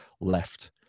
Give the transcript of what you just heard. left